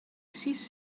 sis